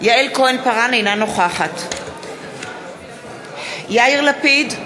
יעל כהן-פארן, אינה נוכחת יאיר לפיד,